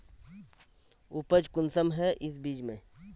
उपज कुंसम है इस बीज में?